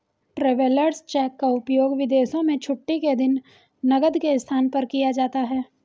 travellers cheque का उपयोग विदेशों में छुट्टी के दिन नकद के स्थान पर किया जाता है